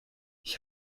ich